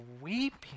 weeping